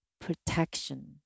protection